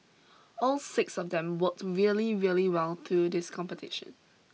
all six of them worked really really well through this competition